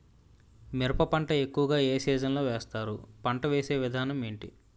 మిరప పంట ఎక్కువుగా ఏ సీజన్ లో వేస్తారు? పంట వేసే విధానం ఎంటి?